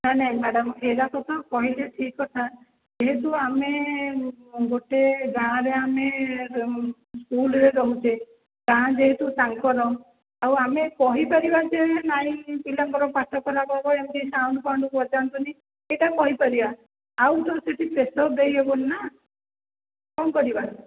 ନାଇଁ ନାଇଁ ମ୍ୟାଡ଼ାମ୍ ଏଯାକ ତ କହିଲେ ଠିକ୍ କଥା ଯେହେତୁ ଆମେ ଗୋଟେ ଗାଁରେ ଆମେ ସ୍କୁଲ୍ରେ ରହୁଛେ ଗାଁ ଯେହେତୁ ତାଙ୍କର ଆଉ ଆମେ କହିପାରିବା ଯେ ନାଇଁ ପିଲାଙ୍କର ପାଠପଢ଼ାରେ ଏମିତି ସାଉଣ୍ଡ୍ ଫାଉଣ୍ଡ୍ ବଯାନ୍ତୁନି ସେଇଟା କହିପାରିବା ଆଉ ତ କିଛି ପ୍ରେସର୍ ତ ଦେଇହେବନି ନା କ'ଣ କରିବା